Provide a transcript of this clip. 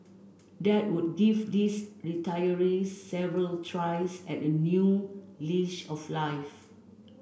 that would give these retirees several tries at a new leash of life